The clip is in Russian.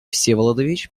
всеволодович